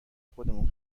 خودمون